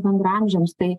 bendraamžiams tai